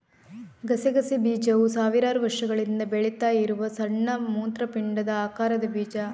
ಗಸಗಸೆ ಬೀಜವು ಸಾವಿರಾರು ವರ್ಷಗಳಿಂದ ಬೆಳೀತಾ ಇರುವ ಸಣ್ಣ ಮೂತ್ರಪಿಂಡದ ಆಕಾರದ ಬೀಜ